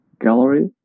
gallery